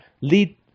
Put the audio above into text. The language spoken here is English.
lead